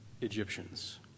Egyptians